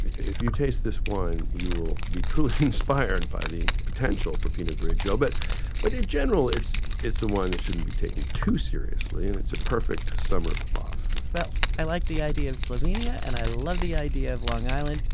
if you taste this wine, you will be truly inspired by the potential for pinot grigio but but in general, it's it's a wine that shouldn't be taken too seriously. and it's a perfect summer coif i like the idea of slovenia and i love the idea of long island,